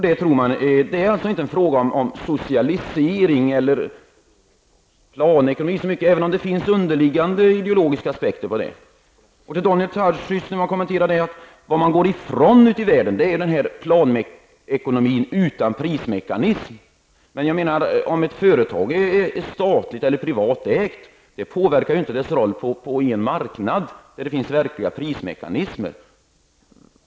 Det är alltså inte så mycket en fråga om socialisering eller planekonomi, även om det finns underliggande ideologiska aspekter på det. När man kommenterar detta med att man går i från detta ute i världen, Daniel Tarschys, gäller det ju planekonomin utan prismekanism. Om ett företag är statligt eller privat ägt påverkar ju inte dess roll på en marknad där det finns verkliga prismekanismer.